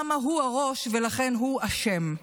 למה הוא הראש ולכן הוא אשם.